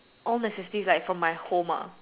all necessities like from my home ah